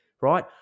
right